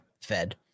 Fed